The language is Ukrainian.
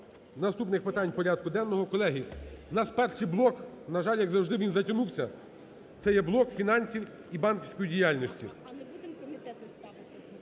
наступних питань порядку денного. Колеги, у нас перший блок, на жаль, як завжди, він затягнувся. Це є блок фінансів і банківської діяльності.